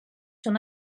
són